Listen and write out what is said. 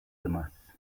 demás